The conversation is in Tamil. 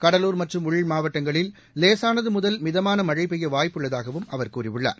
கடலூர் மற்றும் உள் மாவட்டங்களில் லேசானது முதல் மிதமான மழை பெய்ய வாய்ப்புள்ளதாகவும் அவர் கூறியுள்ளார்